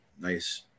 nice